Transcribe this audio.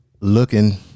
looking